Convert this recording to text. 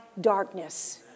darkness